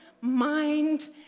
mind